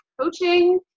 Coaching